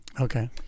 Okay